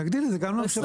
נגדיל את זה גם למשווקים.